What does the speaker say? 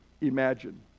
imagine